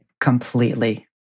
Completely